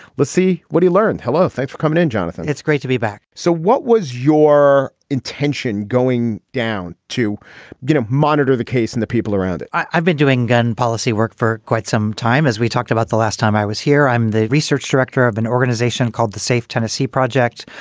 let's see what he learned. hello. thanks for coming in, jonathan. it's great to be back. so what was your intention going down to you know monitor the case and the people around? i've been doing gun policy work for quite some time. as we talked about the last time i was here. i'm the research director of an organization called the safe tennessee project,